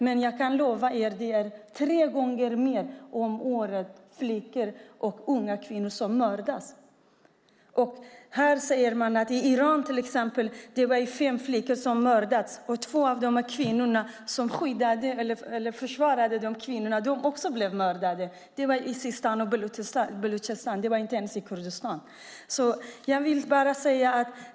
Men jag kan lova er att det är tre gånger fler flickor och unga kvinnor om året som mördas. Det sker till exempel i Iran. Det var fem som mördades varav två kvinnor som försvarade dem. Det var i Sistan-e Baluchistan och inte ens i Kurdistan.